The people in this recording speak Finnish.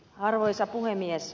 arvoisa puhemies